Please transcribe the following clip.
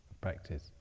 practice